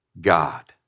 God